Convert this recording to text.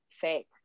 fake